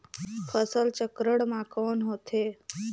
फसल चक्रण मा कौन होथे?